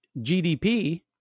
GDP